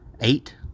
eight